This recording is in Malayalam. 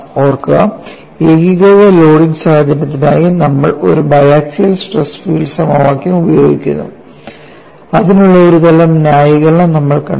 ഓർക്കുക ഏകീകൃത ലോഡിംഗ് സാഹചര്യത്തിനായി നമ്മൾ ഒരു ബയാക്സിയൽ സ്ട്രെസ് ഫീൽഡ് സമവാക്യം ഉപയോഗിക്കുന്നു അതിനുള്ള ഒരുതരം ന്യായീകരണം നമ്മൾ കണ്ടു